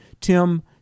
tim